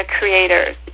creators